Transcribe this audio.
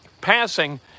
passing